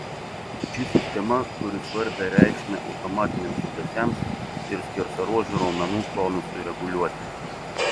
ši sistema turi svarbią reikšmę automatiniams judesiams ir skersaruožių raumenų tonusui reguliuoti